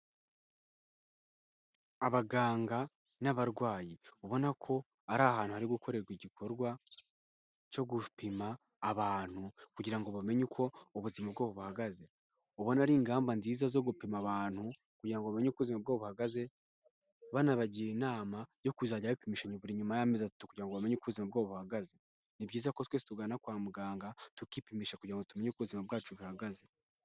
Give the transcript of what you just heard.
Abaganga n'abarwayi ubona ko ari ahantu hari gukorerwa igikorwa cyo gupima abantu kugira ngo bamenye uko ubuzima bwabo buhagaze, ubona ari ingamba nziza zo gupima abantu kugira ngo bamenye uko ubuzima bwo buhagaze, banabagira inama yo kuzajya bipimisha buri nyuma y'amezi atatu kugira ngo bamenye uko ubuzima bwabo buhagaze, ni byiza ko twese tugana kwa muganga tukipimisha kugira ngo tumenye uko ubuzima bwacu buhagaze.